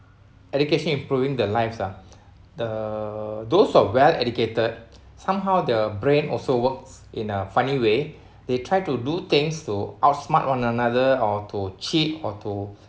education improving the lives uh the those of well educated somehow the brain also works in a funny way they try to do things to outsmart one another or to cheat or to